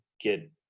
get